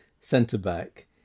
centre-back